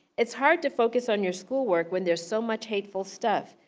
it's hard to focus on your schoolwork when there's so much hateful stuff.